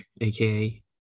aka